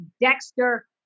Dexter